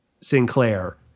Sinclair